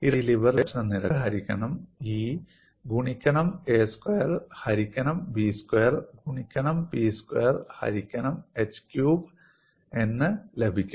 ഇരട്ട cantilever beam മാതൃകയുടെ ഊർജ്ജ പ്രകാശന നിരക്ക് 12 ഹരിക്കണം E ഗുണിക്കണം a സ്ക്വയർ ഹരിക്കണം B സ്ക്വയർ ഗുണിക്കണം P സ്ക്വയർ ഹരിക്കണം h ക്യൂബ് എന്ന് ലഭിക്കും